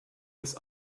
his